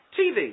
TV